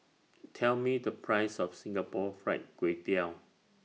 Tell Me The Price of Singapore Fried Kway Tiao